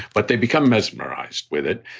but they become mesmerized with it.